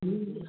ഇല്ല